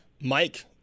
Mike